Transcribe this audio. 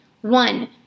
one